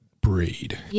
breed